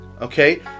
Okay